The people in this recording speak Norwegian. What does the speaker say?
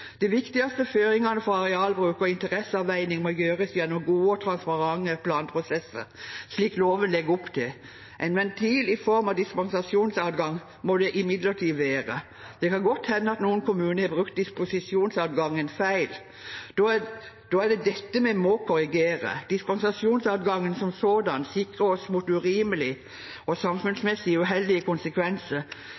De viktigste føringene for arealbruk og interesseavveining må gjøres gjennom gode og transparente planprosesser, slik loven legger opp til. En ventil i form av dispensasjonsadgang må det imidlertid være. Det kan godt hende at noen kommuner har brukt dispensasjonsadgangen feil. Da er det dette vi må korrigere. Dispensasjonsadgangen som sådan sikrer oss mot urimelige og